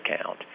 account